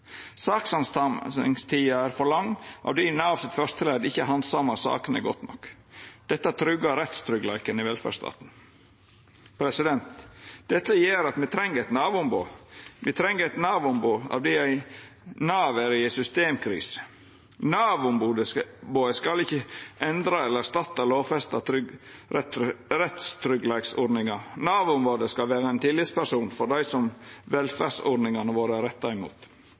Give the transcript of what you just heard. er for lang av di Navs førsteledd ikkje handsamar sakene godt nok. Dette trugar rettstryggleiken i velferdsstaten. Det gjer at me treng eit Nav-ombod. Me treng eit Nav-ombod av di Nav er i ei systemkrise. Nav-ombodet skal ikkje endra eller erstatta lovfesta rettstryggleiksordningar, men vera ein tillitsperson for dei som velferdsordningane våre er retta